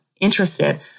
Interested